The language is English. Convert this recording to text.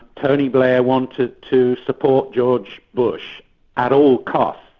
tony blair wanted to support george bush at all costs,